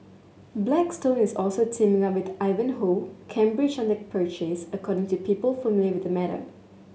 Blackstone is also teaming up with Ivanhoe Cambridge on the purchase according to people familiar with matter